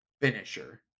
finisher